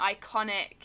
iconic